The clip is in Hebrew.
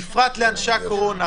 בפרט לאנשי הקורונה.